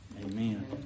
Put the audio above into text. Amen